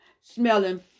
smelling